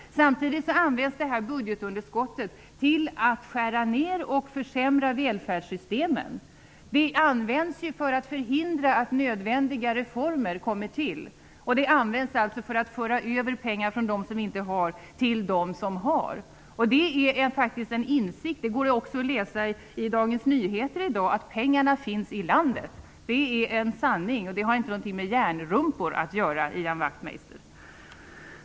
Samtidigt används budgetunderskottet till att skära ned och försämra välfärdssystemen. Det används för att förhindra att nödvändiga reformer kommer till och för att föra över pengar från dem som inte har till dem som har. Det är en insikt. Det går också att läsa i Dagens Nyheter i dag att pengarna finns i landet. Det är en sanning, och det har ingenting med järnrumpor att göra, Ian Wachtmeister!